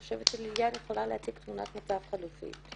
אני חושבת שליליאן יכולה להציג תמונת מצב חלופית.